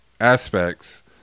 aspects